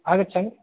आगच्छामि